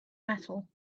metal